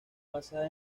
basada